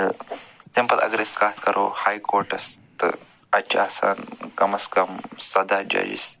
تہٕ تَمہِ پتہٕ اگر أسۍ کَتھ کَرو ہاے کوٹس تہٕ اَتہِ چھِ آسان کَم از کَم سَداہ ججِز